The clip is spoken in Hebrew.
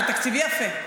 אבל תקציבי יפה.